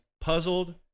puzzled